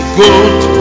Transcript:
good